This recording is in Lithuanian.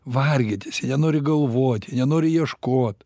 vargintis jie nenori galvot jie nenori ieškot